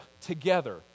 together